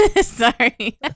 Sorry